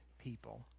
people